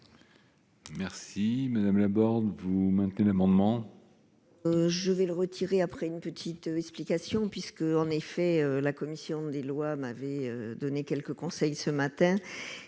Merci Madame Laborde vous maintenez l'amendement.